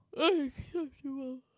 Unacceptable